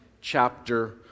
chapter